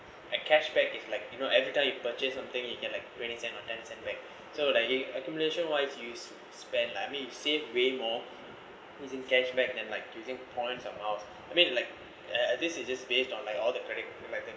a cashback if like you know every time you purchase something you get like twenty cent or ten cent back so like accumulation wise you spend like I mean you save way more using cashback and then like using points or miles I mean like uh this is just based on like all the credit